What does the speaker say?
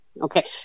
Okay